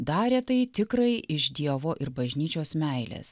darė tai tikrai iš dievo ir bažnyčios meilės